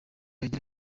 agira